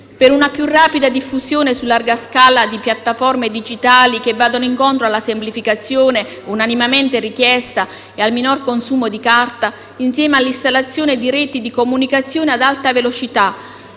per una più rapida diffusione su larga scala di piattaforme digitali che vadano incontro alla semplificazione, unanimemente richiesta, e al minor consumo di carta, insieme all'installazione di reti di comunicazione ad alta velocità,